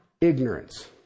ignorance